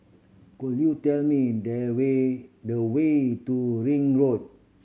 could you tell me the way the way to Ring Road